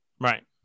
Right